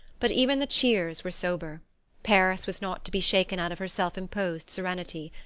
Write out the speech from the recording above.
but even the cheers were sober paris was not to be shaken out of her self-imposed serenity.